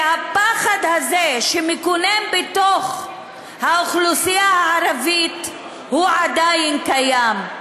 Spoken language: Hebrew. והפחד הזה שמקנן בתוך האוכלוסייה הערבית עדיין קיים,